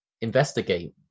Investigate